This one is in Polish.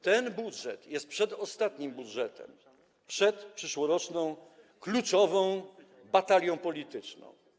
Ten budżet jest przedostatnim budżetem przed przyszłoroczną, kluczową batalią polityczną.